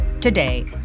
Today